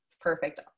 perfect